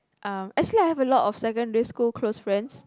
um actually I have a lot of secondary school close friends